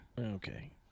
Okay